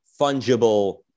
fungible